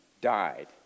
died